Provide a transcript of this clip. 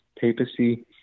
papacy